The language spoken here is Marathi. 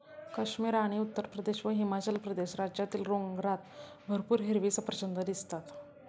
काश्मीर आणि उत्तरप्रदेश व हिमाचल प्रदेश राज्यातील डोंगरात भरपूर हिरवी सफरचंदं दिसतात